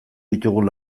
ditugun